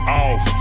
off